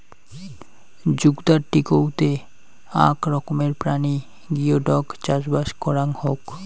জুগদার টিকৌতে আক রকমের প্রাণী গিওডক চাষবাস করাং হউক